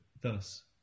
thus